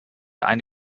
eine